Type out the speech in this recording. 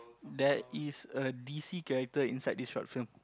there is a d_c character inside this short film